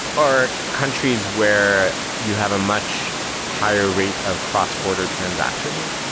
or countries where you have a much higher rate of cross-border transactions.